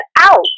out